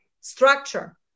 structure